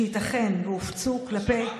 שייתכן שהופצו כלפי,